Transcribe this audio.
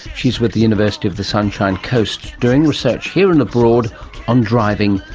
she is with the university of the sunshine coast doing research here and abroad on driving,